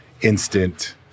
instant